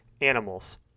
Animals